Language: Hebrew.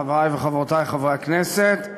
חברי וחברותי חברי הכנסת,